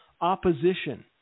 opposition